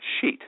sheet